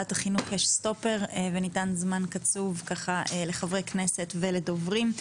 בוועדת החינוך יש סטופר וניתן זמן קצוב לחברי הכנסת ולדוברים.